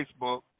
Facebook